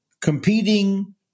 competing